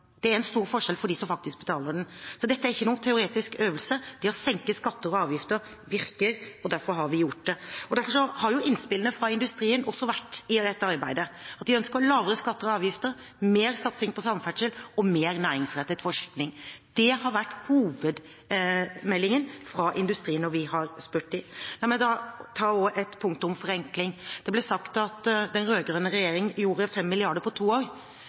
Det er en stor forskjell for dem som faktisk betaler den. Så dette er ikke noen teoretisk øvelse. Det å senke skatter og avgifter virker, og derfor har vi gjort det. Derfor har innspillene fra industrien i dette arbeidet også vært at de ønsker lavere skatter og avgifter, mer satsing på samferdsel og mer næringsrettet forskning. Det har vært hovedmeldingen fra industrien når vi har spurt dem. La meg også ta ett punkt om forenkling. Det ble sagt at den rød-grønne regjeringen forenklet for 5 mrd. på to år.